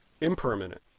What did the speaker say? impermanent